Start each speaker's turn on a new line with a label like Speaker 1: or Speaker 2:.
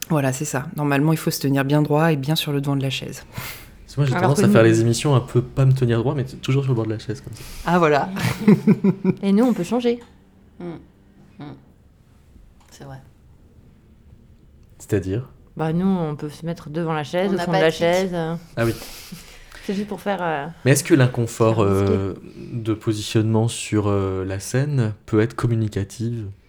Speaker 1: Voilà, c'est ça. Normalement, il faut se tenir bien droit et bien sur le devant de la chaise.
Speaker 2: Parce que moi, j'ai
Speaker 3: Alors
Speaker 2: tendance
Speaker 3: que
Speaker 2: à faire
Speaker 3: nous-
Speaker 2: les émissions un peu pas me tenir droit, mais t- toujours sur le bord de la chaise, comme ça.
Speaker 1: Ah, voilà.
Speaker 3: Et nous, on peut changer.
Speaker 4: Mm. Mm. C'est vrai.
Speaker 2: C'est-à-dire ?
Speaker 3: Bah, nous, on peut se mettre devant la chaise,
Speaker 4: On
Speaker 3: au
Speaker 4: n'a
Speaker 3: fond de
Speaker 4: pas de
Speaker 3: la
Speaker 4: fixe.
Speaker 3: chaise.
Speaker 2: Ah oui.
Speaker 3: C'est juste pour faire, euh,
Speaker 2: Mais est-ce que l'inconfort,
Speaker 3: faire
Speaker 2: euh,
Speaker 3: risquer.
Speaker 2: de positionnement sur, euh, la scène peut être communicatif ?